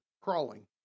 crawling